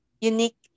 unique